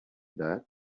that